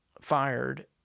fired